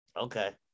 okay